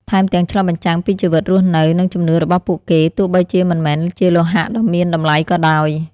ថែមទាំងឆ្លុះបញ្ចាំងពីជីវិតរស់នៅ និងជំនឿរបស់ពួកគេ ទោះបីជាមិនមែនជាលោហៈដ៏មានតម្លៃក៏ដោយ។